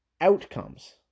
outcomes